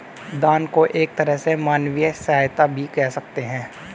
दान को एक तरह से मानवीय सहायता भी कह सकते हैं